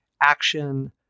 action